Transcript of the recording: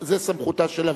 זה מסמכותה של הוועדה.